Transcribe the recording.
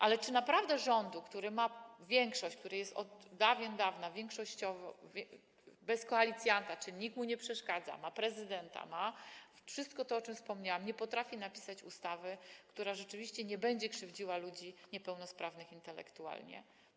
Ale czy naprawdę rząd, który ma większość, który jest od dawien dawna większościowy, bez koalicjanta, czyli nikt mu nie przeszkadza, ma prezydenta, ma wszystko to, o czym wspomniałam, nie potrafi napisać ustawy, która nie będzie krzywdziła ludzi niepełnosprawnych intelektualnie?